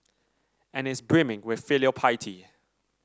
and is brimming with filial piety